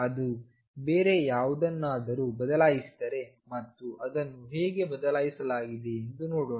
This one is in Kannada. ಅದು ಬೇರೆ ಯಾವುದನ್ನಾದರೂ ಬದಲಾಯಿಸಲಿದೆ ಮತ್ತು ಅದನ್ನು ಹೇಗೆ ಬದಲಾಯಿಸಲಾಗಿದೆ ಎಂದು ನೋಡೋಣ